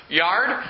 yard